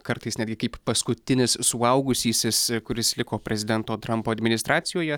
kartais netgi kaip paskutinis suaugusysis kuris liko prezidento trampo administracijoje